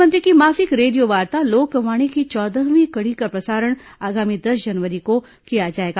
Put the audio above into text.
मुख्यमंत्री की मासिक रेडियो वार्ता लोकवाणी की चौदहवीं कड़ी का प्रसारण आगामी दस जनवरी को किया जाएगा